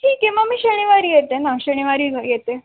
ठीक आहे मग मी शनिवारी येते ना शनिवारी येते